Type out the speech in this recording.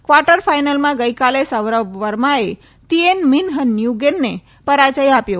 quarter ફાઈનલમાં ગઈકાલે સૌરભ વર્માએ તિયેન મિન્હ ન્યુગેનને પરાજય આપ્યો